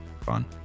Fun